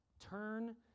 Turn